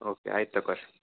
okay ಆಯ್ತು ತಕೊ ರೀ